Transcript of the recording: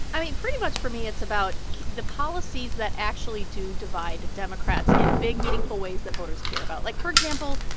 i mean, pretty much for me, it's about the policies that actually do divide democrats in big meaningful ways that voters care about. like, for example,